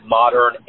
modern